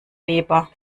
weber